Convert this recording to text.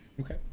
Okay